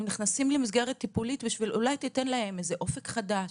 הם נכנסים למסגרת טיפולית שאולי תיתן להם אופק חדש,